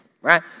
right